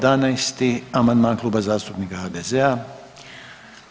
11. amandman Kluba zastupnika HDZ-a.